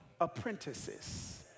apprentices